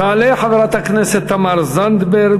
תעלה חברת הכנסת תמר זנדברג,